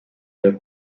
der